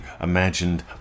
imagined